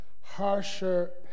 harsher